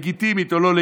הוא אמר את זה היום.